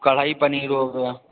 कड़ाई पनीर हो गया